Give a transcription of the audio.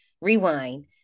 rewind